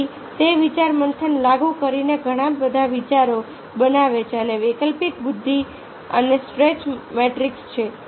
તેથી તે વિચારમંથનને લાગુ કરીને ઘણા બધા વિચારો બનાવે છે અને વૈકલ્પિક વૃદ્ધિ અને સ્ટ્રેચ મેટ્રિક્સ છે